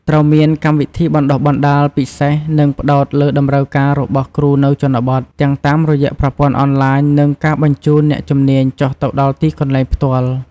ត្រូវមាន កម្មវិធីបណ្តុះបណ្តាលពិសេស ដែលផ្តោតលើតម្រូវការរបស់គ្រូនៅជនបទ ទាំងតាមរយៈប្រព័ន្ធអនឡាញ និងការបញ្ជូនអ្នកជំនាញចុះទៅដល់ទីកន្លែងផ្ទាល់។